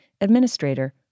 administrator